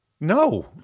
No